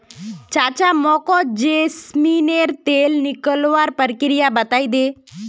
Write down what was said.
चाचा मोको जैस्मिनेर तेल निकलवार प्रक्रिया बतइ दे